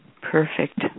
Perfect